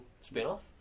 spin-off